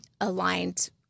aligned